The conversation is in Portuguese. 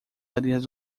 areias